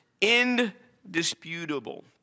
indisputable